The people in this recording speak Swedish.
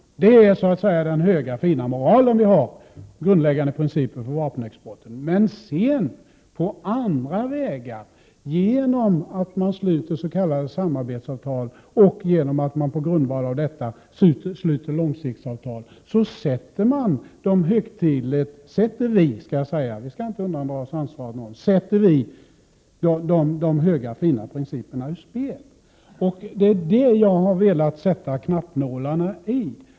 Detta är så att säga den höga fina moral vi har och den grundläggande principen för vapenexporten. Men på andra vägar, genom att man sluter s.k. samarbetsavtal och på grundval därav upprättar långsiktsavtal sätter man — ja, jag skall säga vi, för inga av oss skall undandra sig ansvaret — de höga principerna ur spel. Det är detta jag har velat fästa knappnålarna i.